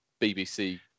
BBC